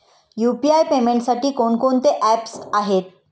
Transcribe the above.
UPI पेमेंटसाठी कोणकोणती apps आहेत?